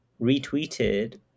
retweeted